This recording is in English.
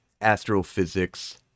astrophysics